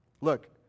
Look